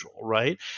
right